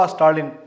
Stalin